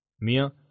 Mia